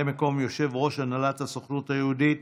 מקום יושב-ראש הנהלת הסוכנות היהודית